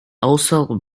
also